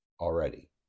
already